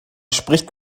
spricht